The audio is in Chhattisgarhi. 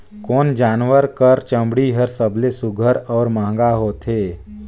कोन जानवर कर चमड़ी हर सबले सुघ्घर और महंगा होथे?